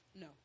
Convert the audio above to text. No